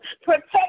protect